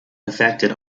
affected